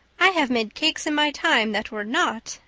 i have made cakes in my time that were not,